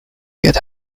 get